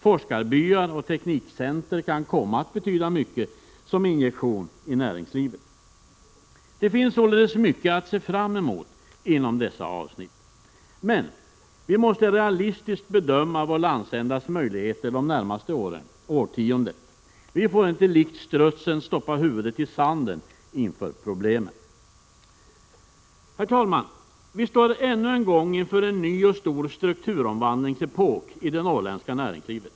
Forskarbyar och teknikcentra kan komma att betyda mycket som injektion i näringslivet. Det finns således mycket att se fram emot inom dessa avsnitt. Men: Vi måste realistiskt bedöma vår landsändas möjligheter de närmaste åren och det närmaste årtiondet. Vi får inte likt strutsen stoppa huvudet i sanden inför problemen. Herr talman! Vi står ännu en gång inför en ny och stor strukturomvandlingsepok i det norrländska näringslivet.